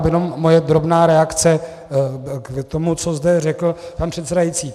Jenom moje drobná reakce k tomu, co zde řekl pan předsedající.